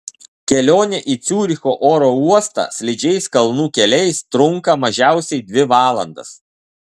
kelionė į ciuricho oro uostą slidžiais kalnų keliais trunka mažiausiai dvi valandas